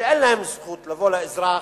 שאין להן זכות לבוא לאזרח